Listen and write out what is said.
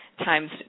times